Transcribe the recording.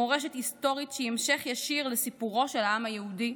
מורשת היסטורית שהיא המשך ישיר לסיפורו של העם היהודי,